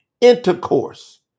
intercourse